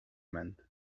meant